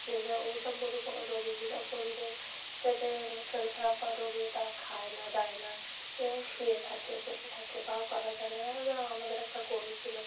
যেসব ওই সব গরুর কোনো রোগী যেসব গরুদের হচ্ছে কে শরীর খারাপ হয় রোগ হয় তারা খায় না দায় না কেউ শুয়ে থাকে বসে থাকে বার করা যায় না যেন আমাদের একটা গরু ছিল